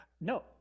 No